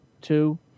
two